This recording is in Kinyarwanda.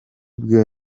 bwe